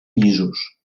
llisos